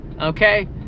Okay